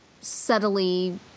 subtly